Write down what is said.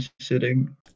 sitting